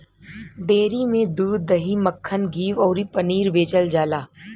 dairy में दूध, दही, मक्खन, घीव अउरी पनीर बेचल जाला